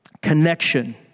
Connection